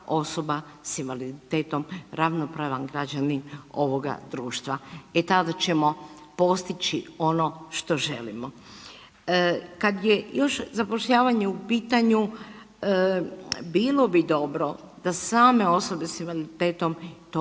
osoba s invaliditetom ravnopravan građanin ovoga društva i tada ćemo postići ono što želimo. Kad je još zapošljavanje u pitanju bilo bi dobro da same osobe s invaliditetom to